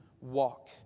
walk